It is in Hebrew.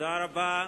תודה רבה.